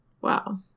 Wow